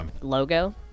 logo